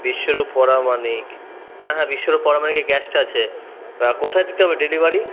বিশ্বরূপ পরামানিক হ্যাঁ হ্যাঁ বিশ্বরূপ পরামানিকের গ্যাসটা আছে তা কোথায় দিতে হবে ডেলিভারি